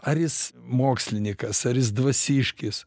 ar jis mokslininkas ar jis dvasiškis